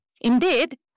Indeed